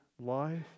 life